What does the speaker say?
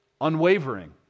unwavering